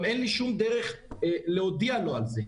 גם אין לי שום דרך להודיע לו על זה.